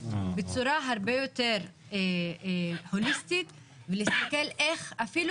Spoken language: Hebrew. בצורה הרבה יותר הוליסטית ולהסתכל איך אפילו